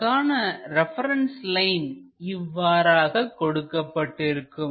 நமக்கான reference line இவ்வாறாக கொடுக்கப்பட்டிருக்கும்